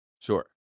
Sure